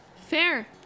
Fair